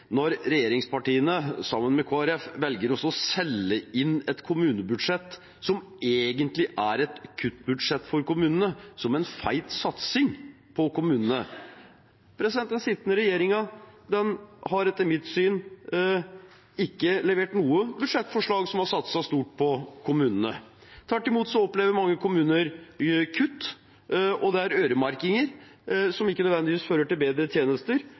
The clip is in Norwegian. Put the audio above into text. når regjeringspartiene, sammen med Kristelig Folkeparti, velger å selge inn et kommunebudsjett som egentlig er et kuttbudsjett for kommunene, som en feit satsing på kommunene. Den sittende regjeringen har etter mitt syn ikke levert noe budsjettforslag hvor man har satset stort på kommunene. Tvert imot opplever mange kommuner kutt og øremerkinger, som ikke nødvendigvis fører til bedre tjenester,